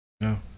No